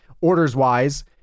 orders-wise